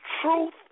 truth